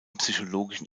psychologischen